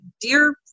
dear